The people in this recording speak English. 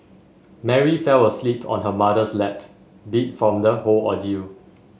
Mary fell asleep on her mother's lap beat from the whole ordeal